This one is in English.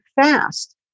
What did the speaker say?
fast